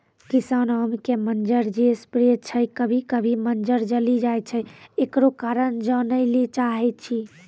किसान आम के मंजर जे स्प्रे छैय कभी कभी मंजर जली जाय छैय, एकरो कारण जाने ली चाहेय छैय?